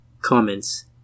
Comments